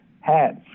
hats